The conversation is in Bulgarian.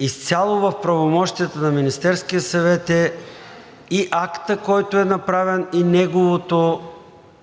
Изцяло в правомощията на Министерския съвет е и актът, който е направен, и неговото